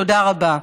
תודה רבה.